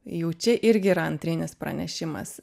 jau čia irgi yra antrinis pranešimas